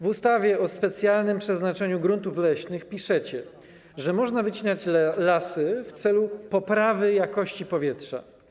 W ustawie o specjalnym przeznaczeniu gruntów leśnych piszecie, że można wycinać lasy w celu poprawy jakości powietrza.